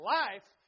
life